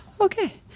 okay